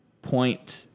point